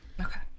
Okay